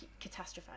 catastrophizing